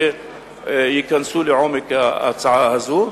שייכנסו לעומק ההצעה הזאת.